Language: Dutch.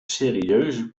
serieuze